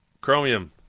Chromium